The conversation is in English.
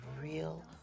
real